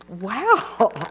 Wow